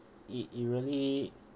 it it really